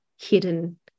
hidden